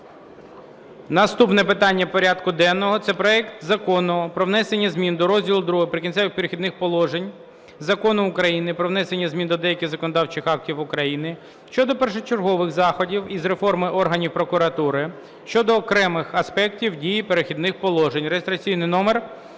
Наступне питання порядку денного – це проект Закону про внесення змін до розділу II "Прикінцеві і перехідні положення" Закону України "Про внесення змін до деяких законодавчих актів України щодо першочергових заходів із реформи органів прокуратури" щодо окремих аспектів дії перехідних положень (реєстраційний номер